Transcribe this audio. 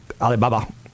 Alibaba